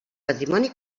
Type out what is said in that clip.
patrimoni